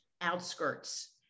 outskirts